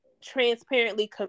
transparently